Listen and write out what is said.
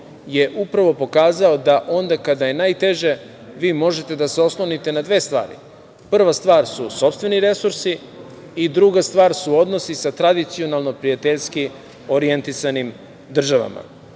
je upravo pokazao da onda kada je najteže vi možete da se oslonite na dve stvari. Prva stvar su sopstveni resursi i druga stvar su odnosi sa tradicionalno prijateljski orijentisanim državama.Za